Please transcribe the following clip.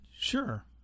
Sure